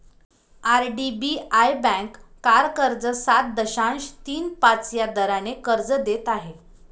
IDBI bank car कर्ज सात दशांश तीन पाच या दराने कर्ज देत आहे